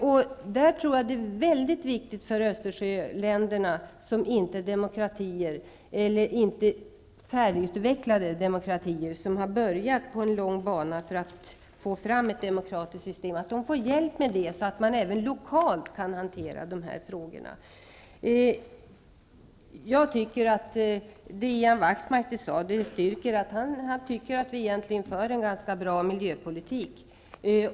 Jag tror att det är mycket viktigt för de Östersjöländer som inte är färdigutvecklade demokratier, som har påbörjat en lång bana för att få fram ett demokratiskt system, att få hjälp med det, så att man även lokalt kan hantera dessa frågor. Det som Ian Wachmeister sade styrker att han tycker att vi egentligen för en ganska bra miljöpolitik.